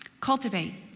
Cultivate